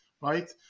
right